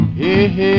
hey